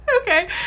Okay